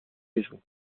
maison